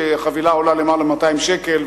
שחבילה עולה למעלה מ-200 שקל,